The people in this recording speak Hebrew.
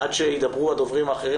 עד שידברו הדוברים האחרים,